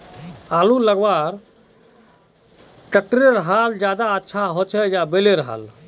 आलूर लगवार केते ट्रैक्टरेर हाल ज्यादा अच्छा होचे या बैलेर हाल?